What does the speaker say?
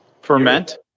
Ferment